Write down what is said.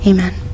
Amen